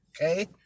Okay